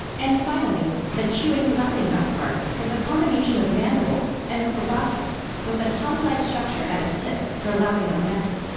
and finally the chewing-lapping mouthpart is a combination of mandibles and a proboscis with a tongue-like structure at its tip for lapping up nectar.